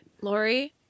Lori